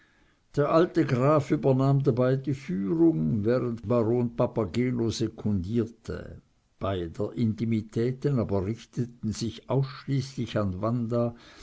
der alte graf übernahm dabei die führung während baron papageno sekundierte beider intimitäten aber richteten sich ausschließlich an wanda